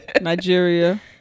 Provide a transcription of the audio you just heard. nigeria